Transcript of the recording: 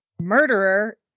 murderer